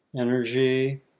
energy